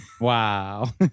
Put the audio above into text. Wow